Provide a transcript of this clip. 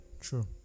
True